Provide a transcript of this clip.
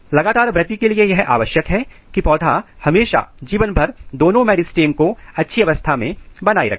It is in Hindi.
लगातार वृद्धि के लिए यह आवश्यक है की पौधा हमेशा जीवन भर दोनों मेरिस्टेम को अच्छी अवस्था में बनाए रखें